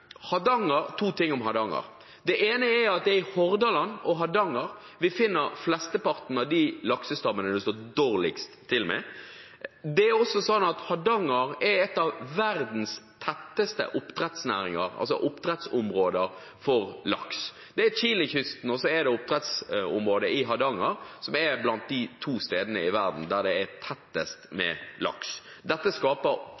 påpeke to ting om Hardanger. Det ene er at det er i Hordaland og Hardanger vi finner flesteparten av de laksestammene det står dårligst til med. Det er også sånn at Hardanger er et av områdene i verden der det er tettest med oppdrettslaks. Chile-kysten og oppdrettsområdet Hardanger er blant de to stedene i verden der det er tettest